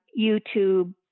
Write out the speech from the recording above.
YouTube